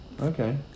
Okay